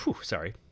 sorry